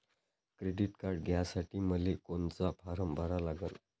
Credit card घ्यासाठी मले कोनचा फारम भरा लागन?